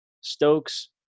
Stokes